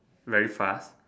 very fast